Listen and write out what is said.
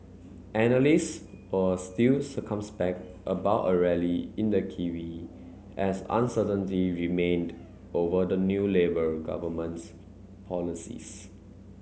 analysts were still circumspect about a rally in the kiwi as uncertainty remained over the new Labour government's policies